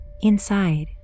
Inside